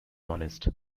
honest